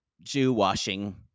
Jew-washing